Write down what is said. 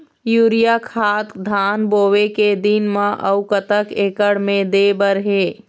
Urea खाद धान बोवे के दिन म अऊ कतक एकड़ मे दे बर हे?